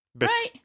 Right